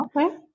Okay